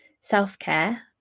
self-care